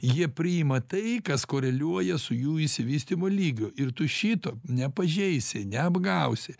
jie priima tai kas koreliuoja su jų išsivystymo lygiu ir tu šito nepažeisi neapgausi